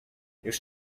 już